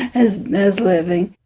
as as living.